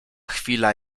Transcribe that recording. chwila